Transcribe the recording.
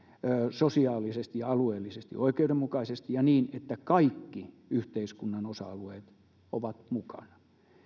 sosiaalisesti alueellisesti oikeudenmukaisesti ja niin että kaikki yhteiskunnan osa alueet ovat mukana